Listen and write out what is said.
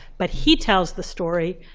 but he tells the story,